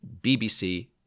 BBC